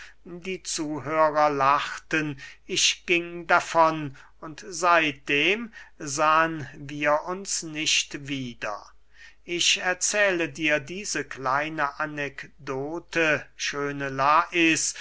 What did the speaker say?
die zuhörer lachten ich ging davon und seitdem sahen wir uns nicht wieder ich erzähle dir diese kleine anekdote schöne lais